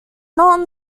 not